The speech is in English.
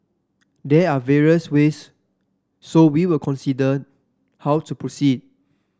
there are various ways so we will consider how to proceed